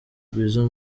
rwiza